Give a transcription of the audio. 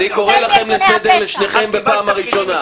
אני קורא לכם לסדר, לשניכם, פעם ראשונה.